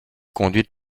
conduites